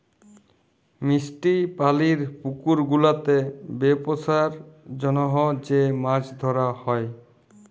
মিষ্টি পালির পুকুর গুলাতে বেপসার জনহ যে মাছ ধরা হ্যয়